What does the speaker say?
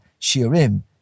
Shirim